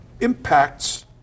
impacts